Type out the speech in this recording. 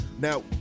now